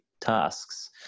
tasks